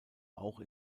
auch